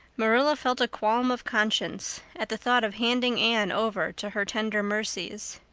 marilla felt a qualm of conscience at the thought of handing anne over to her tender mercies.